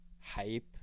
hype